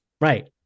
Right